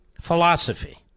philosophy